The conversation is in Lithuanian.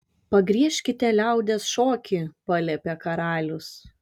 pagriežkite liaudies šokį paliepė karalius